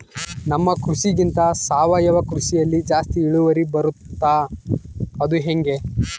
ನಮ್ಮ ಕೃಷಿಗಿಂತ ಸಾವಯವ ಕೃಷಿಯಲ್ಲಿ ಜಾಸ್ತಿ ಇಳುವರಿ ಬರುತ್ತಾ ಅದು ಹೆಂಗೆ?